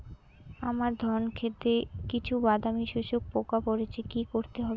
আমার ধন খেতে কিছু বাদামী শোষক পোকা পড়েছে কি করতে হবে?